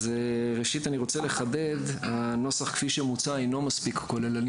אז ראשית אני רוצה לחדד הנוסח שמוצע אינו מספיק כוללני,